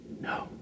No